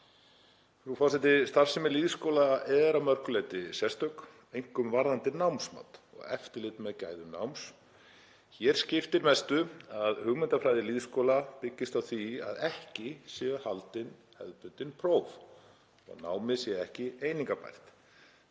Frú forseti. Starfsemi lýðskóla er að mörgu leyti sérstök, einkum varðandi námsmat og eftirlit með gæðum náms. Hér skiptir mestu að hugmyndafræði lýðskóla byggist á því að ekki séu haldin hefðbundin próf, námið sé ekki einingabært.